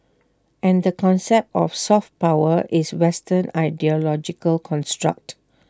and the concept of soft power is western ideological construct